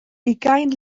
ugain